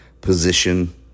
position